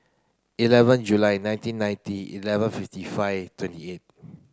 eleven July nineteen ninety eleven fifty five twenty eight